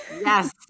Yes